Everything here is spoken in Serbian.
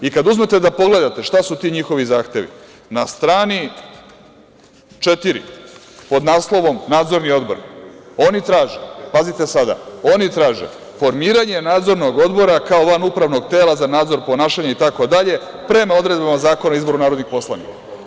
I, kad uzmete da pogledate šta su ti njihovi zahtevi na strani 4. pod naslovom „Nadzorni odbor“ oni traže, pazite sada, oni traže formiranje Nadzornog odbora, kao van upravnog tela za nadzor i ponašanje itd, prema odredbama Zakona o izboru narodnih poslanika.